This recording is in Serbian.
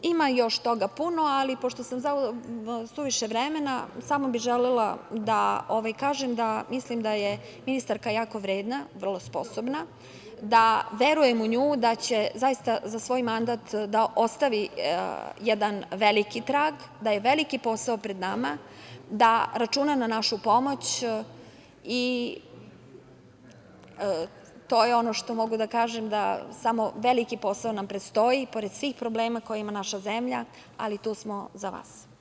Ima još toga puno, ali pošto sam suviše vremena potrošila, samo bih želela da kažem da mislim da je ministarka jako vredna, vrlo sposobna, da verujem u nju da će zaista za svoj mandat da ostavi jedan veliki trag, da je veliki posao pred nama, da računa na našu pomoć i to je ono što mogu da kažem, da samo veliki posao nam predstoji pored svih problema koje ima naša zemlja, ali tu smo za vas.